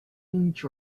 inch